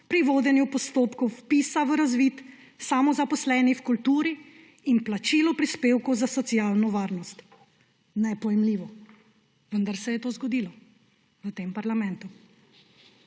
pri vodenju postopkov vpisa v razvid samozaposlenih v kulturi in plačilu prispevkov za socialno varnost. Nepojmljivo, vendar se je to zgodilo v tem parlamentu.